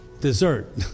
dessert